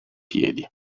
piedi